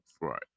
Right